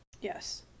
yes